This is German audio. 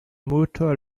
motor